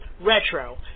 Retro